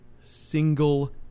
single